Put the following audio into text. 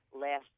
last